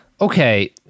okay